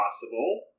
possible